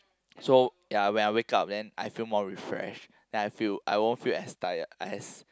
so ya when I wake up then I feel more refreshed then I feel I won't feel as tired as